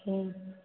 ठीक